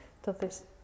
Entonces